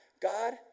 God